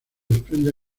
desprende